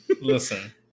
Listen